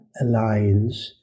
alliance